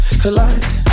collide